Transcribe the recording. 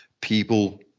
people